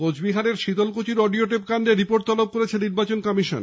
কোচবিহারের Sitalkuchi audio tape কান্ডে report তলব করল নির্বাচন কমিশন